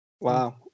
wow